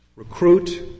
recruit